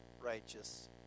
righteous